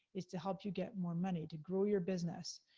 is to help you get more money, to grow your business,